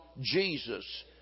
Jesus